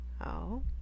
Oh